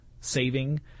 saving